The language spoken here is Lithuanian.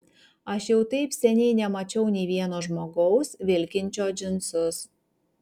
aš jau taip seniai nemačiau nei vieno žmogaus vilkinčio džinsus